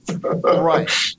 Right